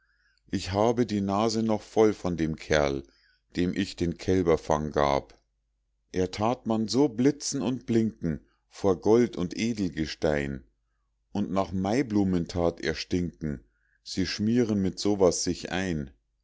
ich habe die nase noch voll von dem kerl dem ich den kälberfang gab er tat man so blitzen und blinken vor gold und edelgestein und nach maiblumen tat er stinken sie schmieren mit so was sich ein